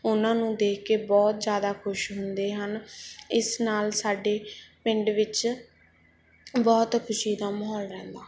ਉਹਨਾਂ ਨੂੰ ਦੇਖ ਕੇ ਬਹੁਤ ਜ਼ਿਆਦਾ ਖੁਸ਼ ਹੁੰਦੇ ਹਨ ਇਸ ਨਾਲ ਸਾਡੇ ਪਿੰਡ ਵਿੱਚ ਬਹੁਤ ਖੁਸ਼ੀ ਦਾ ਮਾਹੌਲ ਰਹਿੰਦਾ